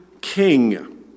king